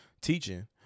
teaching